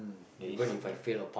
there is whole word